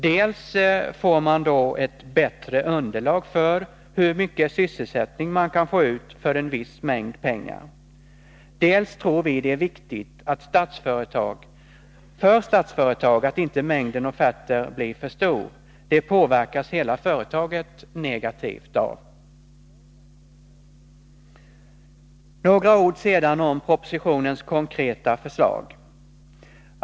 Dels får man då ett bättre underlag för hur mycket sysselsättning man kan få ut för en viss mängd pengar, dels tror vi det är viktigt för Statsföretag att inte mängden offerter blir för stor. Det påverkas hela företaget negativt av. Några ord om propositionens konkreta förslag.